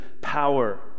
power